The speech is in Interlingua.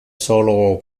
solo